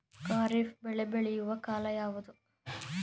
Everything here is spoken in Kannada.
ಖಾರಿಫ್ ಬೆಳೆ ಬೆಳೆಯುವ ಕಾಲ ಯಾವುದು?